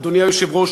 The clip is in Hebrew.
אדוני היושב-ראש,